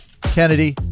Kennedy